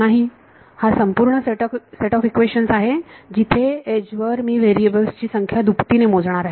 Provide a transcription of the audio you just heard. नाही हा संपूर्ण सेट ऑफ इक्वेशन्स आहे जिथे एज वर मी व्हेरिएबल्स ची संख्या दुपटीने मोजणार आहे